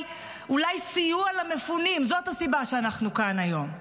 אולי סיוע למפונים, זאת הסיבה שאנחנו כאן היום?